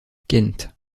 kent